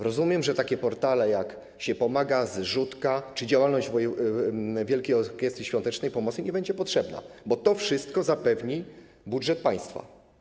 Rozumiem, że takie portale jak Siepomaga.pl, Zrzutka.pl czy działalność Wielkiej Orkiestry Świątecznej Pomocy nie będzie potrzebna, bo to wszystko zapewni budżet państwa.